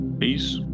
Peace